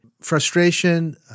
frustration